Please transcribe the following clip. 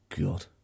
God